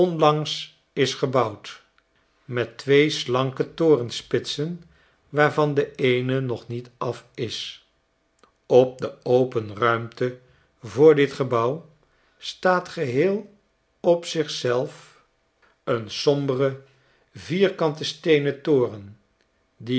onlangs is gebouwd met twee slanke torenspitsen waarvan de eene nog niet af is op de open ruimte voor dit gebouw staat geheel op zich zelf een sombere vierkante steenen toren die